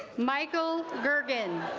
michael gergen